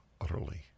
utterly